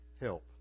help